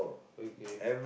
okay